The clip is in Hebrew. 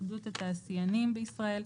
התאחדות התעשיינים בישראל,